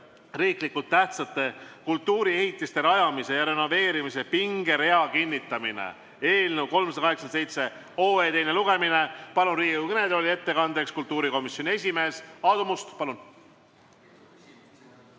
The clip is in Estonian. "Riiklikult tähtsate kultuuriehitiste rajamise ja renoveerimise pingerea kinnitamine" eelnõu 387 teine lugemine. Palun Riigikogu kõnetooli ettekandeks kultuurikomisjoni esimehe Aadu Musta. Palun!